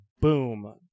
boom